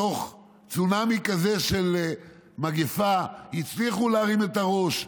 בתוך צונאמי כזה של מגפה, הצליחו להרים את הראש.